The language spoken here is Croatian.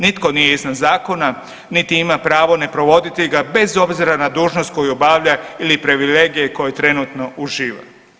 Nitko nije iznad zakona niti ima pravo ne provoditi ga bez obzira na dužnost koju obavlja ili privilegije koje trenutno uživa.